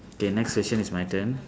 K next question is my turn